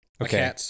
Okay